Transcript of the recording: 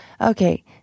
Okay